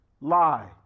Lie